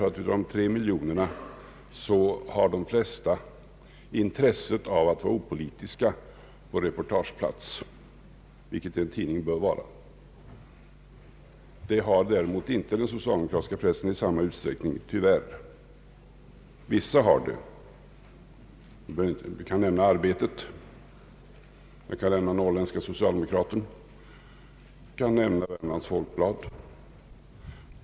Av de 3 miljonerna har största delen intresse av att vara opolitiska på reportageplats, vilket en tidning bör vara. Det har tyvärr inte den socialdemokratiska pressen i samma utsträckning. Vissa har det — jag kan nämna Arbetet, Norrländska «Socialdemokraten, Värmlands Folkblad.